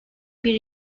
bir